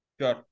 Sure